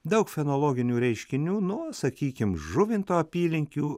daug fenologinių reiškinių nu sakykim žuvinto apylinkių